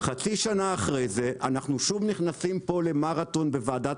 חצי שנה אחרי זה אנחנו שוב נכנסים פה למרתון בוועדת